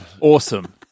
Awesome